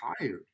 tired